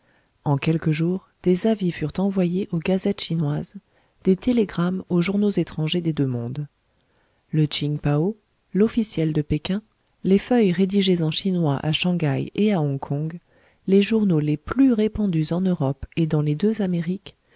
en quelques jours des avis furent envoyés aux gazettes chinoises des télégrammes aux journaux étrangers des deux mondes le tching pao l'officiel de péking les feuilles rédigées en chinois à shang haï et à hong kong les journaux les plus répandus en europe et dans les deux amériques